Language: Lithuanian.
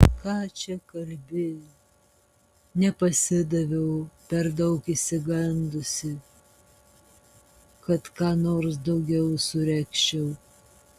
ką čia kalbi nepasidaviau per daug išsigandusi kad ką nors daugiau suregzčiau